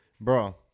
Bro